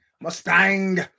mustang